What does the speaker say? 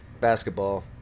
Basketball